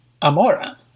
amora